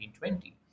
1920